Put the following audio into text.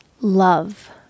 love